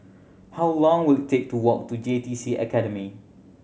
how long will it take to walk to J T C Academy